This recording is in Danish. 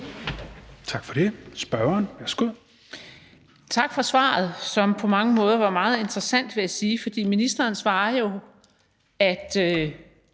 Tak for det. Spørgeren, værsgo.